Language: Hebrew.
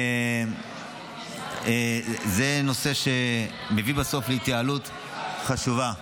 שזה מביא בסוף להתייעלות חשובה.